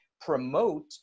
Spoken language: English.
promote